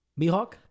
Mihawk